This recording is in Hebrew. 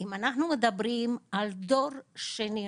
אם אנחנו מדברים על דור שני,